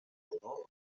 rodó